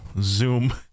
Zoom